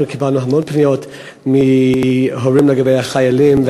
אנחנו קיבלנו המון פניות מהורים לגבי החיילים,